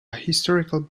historical